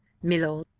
milord,